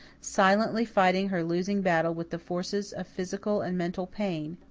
silently fighting her losing battle with the forces of physical and mental pain,